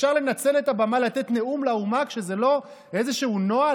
אפשר לנצל את הבמה לתת נאום לאומה כשזה לא איזשהו נוהל,